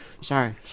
sorry